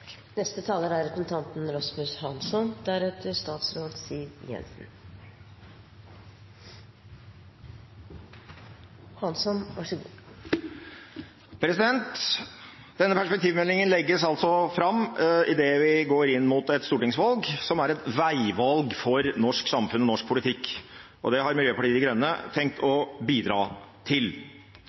Denne perspektivmeldingen legges altså fram idet vi går inn mot et stortingsvalg som er et veivalg for norsk samfunn og norsk politikk. Det har Miljøpartiet De Grønne tenkt å bidra til.